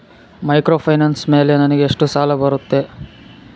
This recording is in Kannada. ಮೈಕ್ರೋಫೈನಾನ್ಸ್ ಮೇಲೆ ನನಗೆ ಎಷ್ಟು ಸಾಲ ಬರುತ್ತೆ?